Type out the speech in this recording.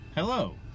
Hello